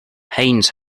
heinz